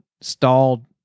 stalled